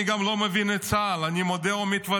אני גם לא מבין את צה"ל, אני מודה ומתוודה.